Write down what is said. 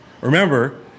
Remember